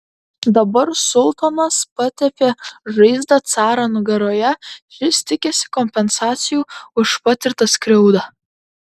dabar sultonas patepė žaizdą caro nugaroje šis tikisi kompensacijų už patirtą skriaudą